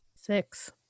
Six